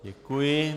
Děkuji.